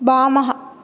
वामः